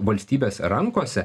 valstybės rankose